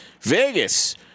Vegas